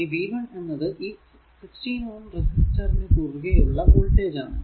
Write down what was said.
ഈ v1 എന്നത് ഈ 16Ω റെസിസ്റ്ററിനു കുറുകെ ഉള്ള വോൾടേജ് ആണ്